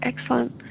excellent